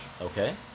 Okay